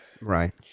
Right